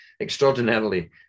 extraordinarily